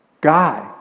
God